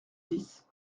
dix